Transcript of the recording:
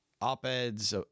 op-eds